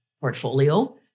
portfolio